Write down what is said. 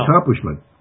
accomplishment